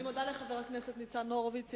אני מודה לחבר הכנסת ניצן הורוביץ.